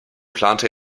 plante